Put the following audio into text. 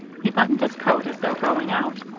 he buttoned his coat as though going out,